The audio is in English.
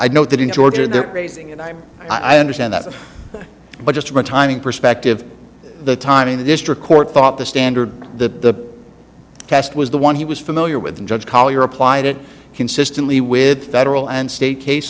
i know that in georgia they're raising and i i understand that but just from a timing perspective the timing the district court thought the standard the test was the one he was familiar with judge collier applied it consistently with federal and state case